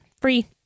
Free